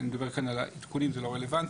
אני מדבר כאן על התיקונים, זה לא רלוונטי.